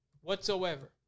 Whatsoever